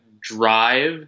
drive